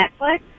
Netflix